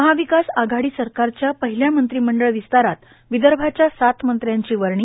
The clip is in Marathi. महाविकास आघाडी सरकारच्या पहिल्या मंत्रिमंडळ विस्तारात विदर्भाच्या सात मंत्र्यांची वर्णी